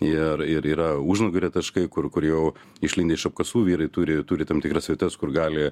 ir ir yra užnugario taškai kur kur jau išlindę iš apkasų vyrai turi turi tam tikras vietas kur gali